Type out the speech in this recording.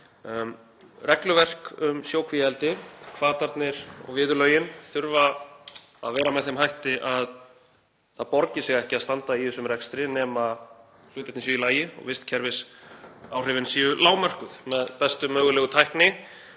Regluverk um sjókvíaeldi, hvatarnir og viðurlögin þurfa að vera með þeim hætti að það borgi sig ekki að standa í þessum rekstri nema hlutirnir séu í lagi og vistkerfisáhrifin séu lágmörkuð með bestu mögulegu tækni